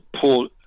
pull